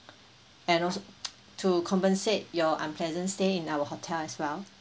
and also to compensate your unpleasant stay in our hotel as well